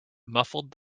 muffled